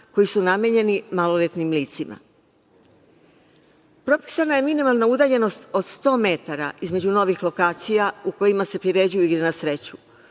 koji su namenjeni maloletnim licima. Propisana je minimalna udaljenost od 100 metara između novih lokacija u kojima se priređuju igre na sreću.